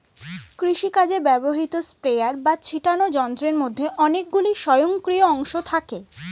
কৃষিকাজে ব্যবহৃত স্প্রেয়ার বা ছিটোনো যন্ত্রের মধ্যে অনেকগুলি স্বয়ংক্রিয় অংশ থাকে